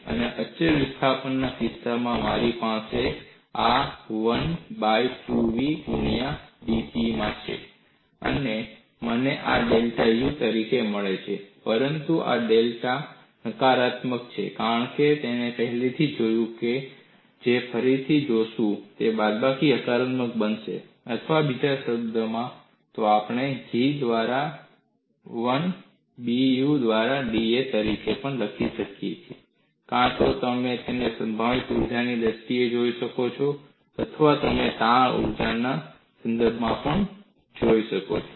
અને અચળ વિસ્થાપનના કિસ્સામાં મારી પાસે આ 1 બાય 2 v ગુણ્યા dPમાં છે અને મને આ ડેલ્ટા u તરીકે મળે છે પરંતુ આ ડેલ્ટા u નકારાત્મક છે કારણ કે આપણે પહેલેથી જ જોયું છે આપણે તેને ફરીથી જોશું તે બાદબાકી હકારાત્મક બનશે અથવા બીજા શબ્દોમાં કહીએ તો આપણે G દ્વારા 1 ને B dU દ્વારા da તરીકે પણ લખી શકીએ છીએ કાં તો તમે તેને સંભવિત ઊર્જાની દ્રષ્ટિએ જોઈ શકો છો અથવા તમે તાણ ઊર્જાના સંદર્ભમાં પણ જોઈ શકો છો